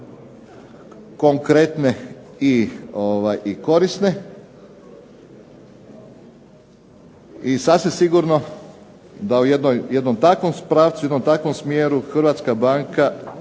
konkretne i korisne. I sasvim sigurno da u jednoj takvoj situaciji, jednom takvom smjeru Hrvatska narodna